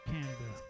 Canada